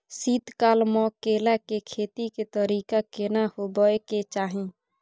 शीत काल म केला के खेती के तरीका केना होबय के चाही?